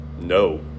No